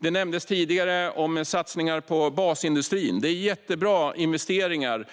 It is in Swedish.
Det nämndes tidigare om satsningar på basindustrin. Det är jättebra investeringar